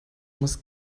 muss